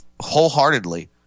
wholeheartedly